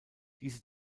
diese